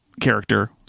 character